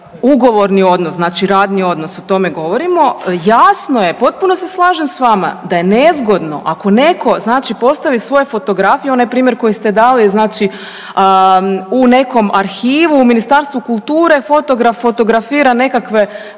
Ugovorni odnos, znači radni odnos o tome govorimo jasno je, potpuno se slažem sa vama da je nezgodno ako netko, znači postavi svoje fotografije, onaj primjer koji ste dali znači u nekom arhivu u Ministarstvu kulture fotograf fotografira nekakve